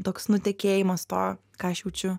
toks nutekėjimas to ką aš jaučiu